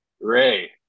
Ray